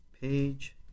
page